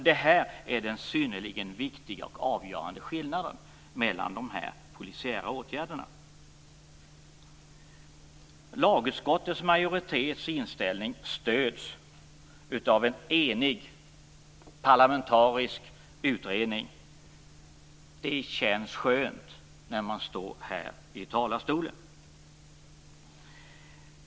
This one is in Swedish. Detta är den synnerligen viktiga och avgörande skillnaden mellan de här polisiära åtgärderna. Lagutskottets majoritets inställning stöds av en enig parlamentarisk utredning. Det känns skönt när man står här i talarstolen.